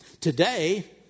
Today